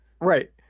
Right